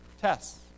tests